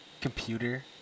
computer